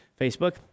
Facebook